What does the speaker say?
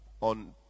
on